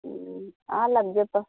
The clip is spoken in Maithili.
ओ अहाँ लग जेतै